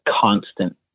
constant